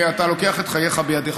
ואתה לוקח את חייך בידיך.